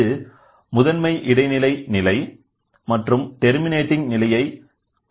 இது முதன்மை இடைநிலை நிலை மற்றும் டெர்மினேடிங் நிலையை கொண்டுள்ளோம்